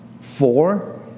four